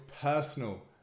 personal